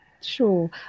Sure